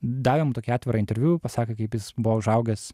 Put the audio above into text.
davė mum tokį atvirą interviu pasakė kaip jis buvo užaugęs